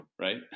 right